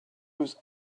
was